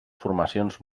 formacions